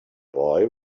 boy